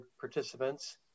participants